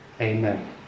Amen